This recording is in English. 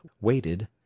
waited